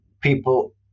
people